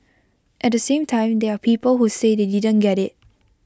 at the same time there are people who say they didn't get IT